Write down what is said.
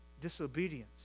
disobedience